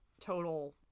total